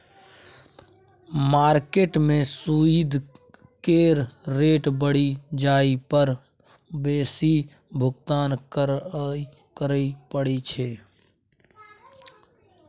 market में सूइद केर रेट बढ़ि जाइ पर बेसी भुगतान करइ पड़इ छै